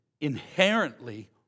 inherently